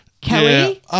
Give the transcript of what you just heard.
Kelly